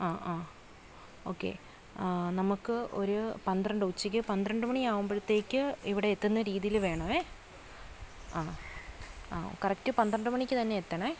ആ ആ ഓക്കെ ആ നമുക്ക് ഒരു പന്ത്രണ്ട് ഉച്ചയ്ക്ക് പന്ത്രണ്ട് മണി ആവുമ്പോഴത്തേക്ക് ഇവിടെ എത്തുന്ന രീതിയിൽ വേണമേ ആ ആ കറക്റ്റ് പന്ത്രണ്ട് മണിക്ക് തന്നെ എത്തണേ